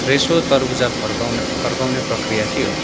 फ्रेसो तरबुजा फर्काउन फर्काउने प्रक्रिया के हो